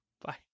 Bye